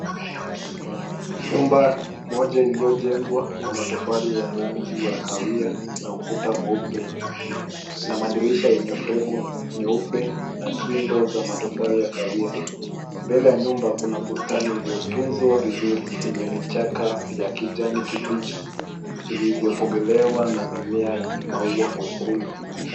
Nyumba moja iliyojengwa kwa matofali ya rangi ya kahawia na ukuta mweupe na madirisha yenye fremu nyeupe na kingo za matofali ya kahawia. Mbele ya nyumba kuna bustani iliyotunzwa vizuri yenye vichaka vya kijani kibichi vilivyopogelewa na mimea yenye maua mwekundu.